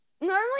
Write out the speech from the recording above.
normally